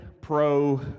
pro